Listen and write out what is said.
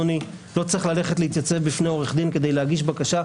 לא צריך ללכת ולהתייצב בפני עורך דין כדי להגיש בקשה,